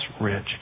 rich